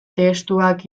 testuak